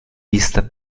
vista